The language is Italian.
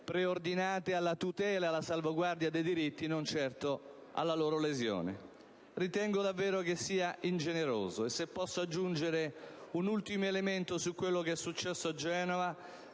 preordinate alla tutela e alla salvaguardia dei diritti, non certo alla loro lesione. Ritengo che ciò sia davvero ingeneroso. Se posso aggiungere un ultimo elemento su quello che è successo a Genova,